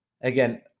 Again